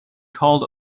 called